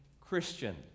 christian